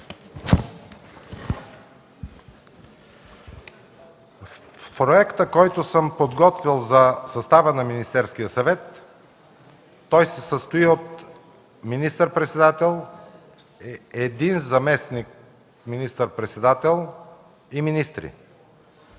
Проектът, който съм подготвил за състава на Министерския съвет, се състои от министър-председател, един заместник министър-председател и министри.